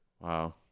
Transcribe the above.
Wow